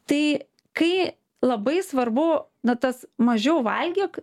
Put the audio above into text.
tai kai labai svarbu na tas mažiau valgyk